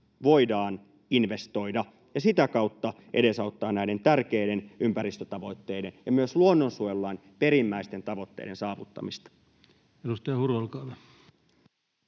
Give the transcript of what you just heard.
voidaan investoida ja sitä kautta edesauttaa näiden tärkeiden ympäristötavoitteiden ja myös luonnonsuojelulain perimmäisten tavoitteiden saavuttamista. [Speech 389] Speaker: